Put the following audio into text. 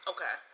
Okay